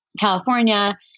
California